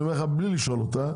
אני אומר לך בלי לשאול אותה,